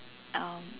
um